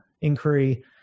inquiry